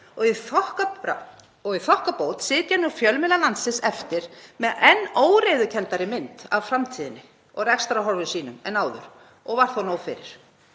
Í þokkabót sitja nú fjölmiðlar landsins eftir með enn óreiðukenndari mynd af framtíðinni og rekstrarhorfum sínum en áður og var þó nóg fyrir.